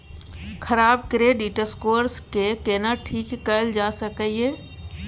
खराब credit score के केना ठीक कैल जा सकै ये?